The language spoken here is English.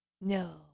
No